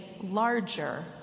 larger